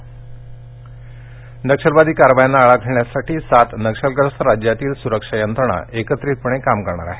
नक्षलवाद कारवाई नक्षलवादी कारवायांना आळा घालण्यासाठी सात नक्षलग्रस्त राज्यातील सुरक्षा यंत्रणा एकत्रित काम करणार आहेत